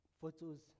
photos